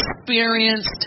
experienced